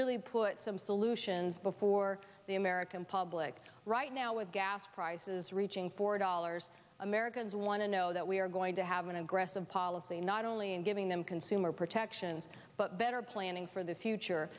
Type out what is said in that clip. really put some solutions before the american public right now with gas prices reaching four dollars americans want to know that we are going to have an aggressive policy not only in giving them consumer protections but better planning for the future